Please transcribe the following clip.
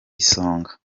isonga